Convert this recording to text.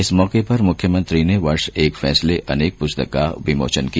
इस मौके पर मुख्यमंत्री ने वर्ष एक फैसले अनेक पुस्तक का विमोचन किया